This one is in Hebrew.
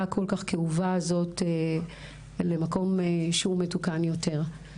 הכל כך כאובה הזאת למקום שהוא מתוקן יותר.